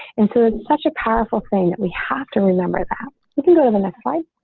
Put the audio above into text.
and so it's such a powerful thing that we have to remember that you can go to the next slide.